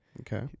Okay